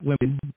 women